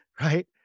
right